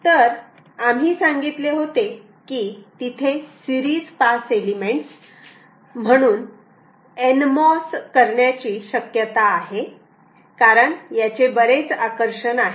तर आम्ही सांगितले होते की तिथे सिरीज पास एलिमेंट्स म्हणून nmos करण्याची शक्यता आहे कारण याचे बरेच आकर्षण आहे